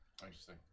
Interesting